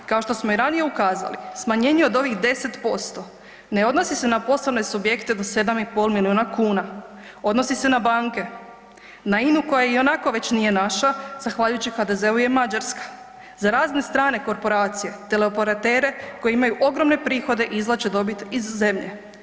Kao što smo i ranije ukazali, smanjenje od ovih 10% ne odnosi se na poslovne subjekte do 7,5 milijuna kuna, odnosi se na banke, na INA-u koja i onako nije naša, zahvaljujući HDZ-u je mađarska, za razne strane korporacije, teleoperatere koji imaju ogromne prihode i izvlače dobit iz zemlje.